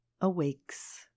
Awakes